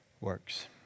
works